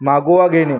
मागोवा घेणे